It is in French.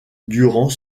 durant